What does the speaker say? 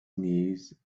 knees